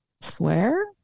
Swear